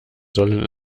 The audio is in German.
sollen